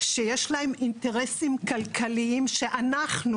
שיש להם אינטרסים כלכליים שאנחנו,